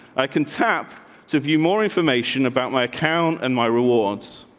i can tap to view more information about my account and my rewards.